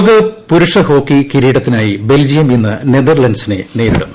ലോകകപ്പ് പുരുഷ ഹോക്കി കിരീടത്തിനായി ബെൽജിയം ഇന്ന് നെതർലെൻസിനെ നേരിടും